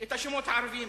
את השמות הערביים,